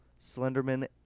Slenderman